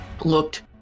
looked